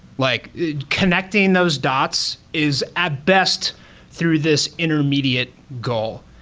like connecting those dots is at best through this intermediate goal.